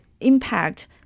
impact